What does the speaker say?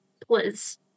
Please